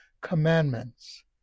commandments